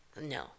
No